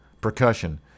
Percussion